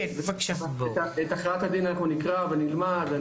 את הכרעת הדין אנחנו נקרא ונלמד,